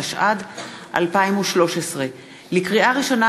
התשע"ד 2013. לקריאה ראשונה,